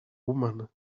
woman